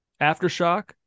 aftershock